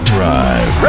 Drive